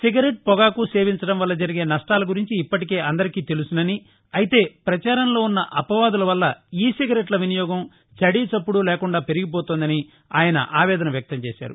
cigarette పొగాకు సేవించడం వల్ల జరిగే నష్టాల గురించి ఇప్పటికే అందరికీ తెలుసునని అయితే ప్రచారంలో ఉ న్న అపవాదులు వల్ల ఈ సిగరెట్ ల వినియోగం చడీ చప్పుడూ లేకుండా పెరిగిపోతోందని ఆయన ఆవేదన వ్యక్తం చేశారు